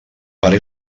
pare